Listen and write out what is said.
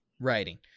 writing